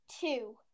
two